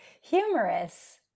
humorous